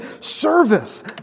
service